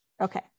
Okay